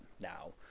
now